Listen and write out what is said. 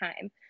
time